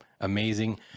amazing